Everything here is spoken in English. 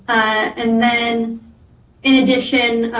and then in addition,